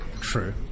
true